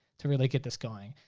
to really get this going.